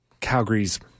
Calgary's